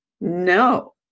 no